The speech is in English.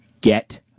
Get